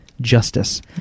Justice